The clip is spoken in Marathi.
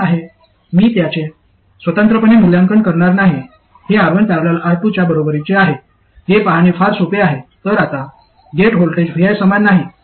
हे काय आहे मी याचे स्वतंत्रपणे मूल्यांकन करणार नाही हे R1 ।। R2 च्या बरोबरीचे आहे हे पाहणे फार सोपे आहे तर आता गेट व्होल्टेज vi समान नाही